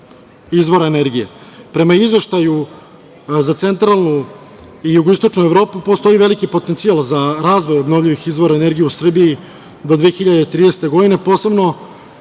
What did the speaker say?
izvora energije. Prema Izveštaju za centralnu i jugoistočnu Evropu postoji veliki potencijal za razvoj obnovljivih izvora energije u Srbiji do 2030. godine, a posebno